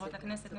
הבחירות לכנסת ,